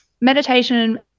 meditation